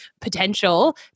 potential